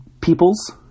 peoples